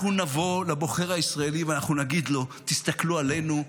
אנחנו נבוא לבוחר הישראלי ואנחנו נגיד לו: תסתכלו עלינו,